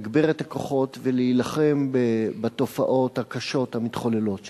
לתגבר את הכוחות ולהילחם בתופעות הקשות המתחוללות שם.